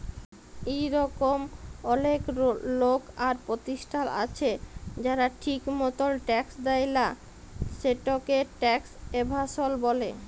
ইরকম অলেক লক আর পরতিষ্ঠাল আছে যারা ঠিক মতল ট্যাক্স দেয় লা, সেটকে ট্যাক্স এভাসল ব্যলে